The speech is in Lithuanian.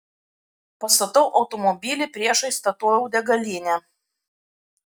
pastatau automobilį priešais statoil degalinę